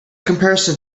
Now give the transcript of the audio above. comparison